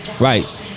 Right